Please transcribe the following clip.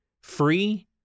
Free